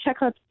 checkups